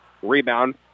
Rebound